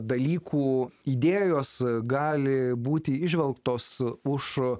dalykų idėjos gali būti įžvelgtos e už